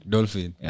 Dolphin